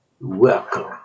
welcome